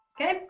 okay